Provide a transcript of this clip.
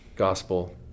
gospel